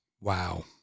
Wow